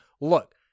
look